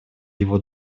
его